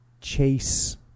chase